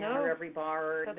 so or every bar,